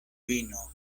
vino